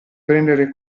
prendere